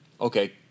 okay